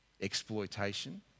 exploitation